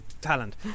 talent